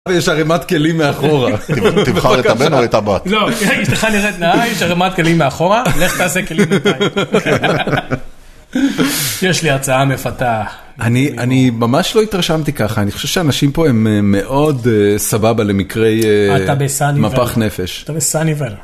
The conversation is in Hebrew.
יש ערימת כלים מאחורה, תבחר את הבן או את הבת? לא, אשתך נראית נאה, יש ערימת כלים מאחורה, לך תעשה כלים בינתיים. יש לי הצעה מפתה. אני ממש לא התרשמתי ככה, אני חושב שהאנשים פה הם מאוד סבבה למקרי מפח נפש. אתה בסאני ואלי.